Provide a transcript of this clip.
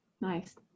Nice